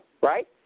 Right